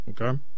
okay